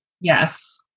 Yes